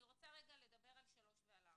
אני רוצה לדבר על (3) ועל (4).